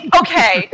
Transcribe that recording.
okay